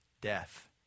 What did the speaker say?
death